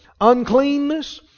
uncleanness